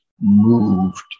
moved